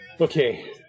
Okay